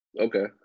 Okay